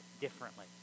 differently